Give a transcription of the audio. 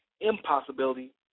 impossibility